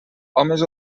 homes